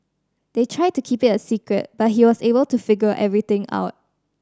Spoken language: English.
they tried to keep it a secret but he was able to figure everything out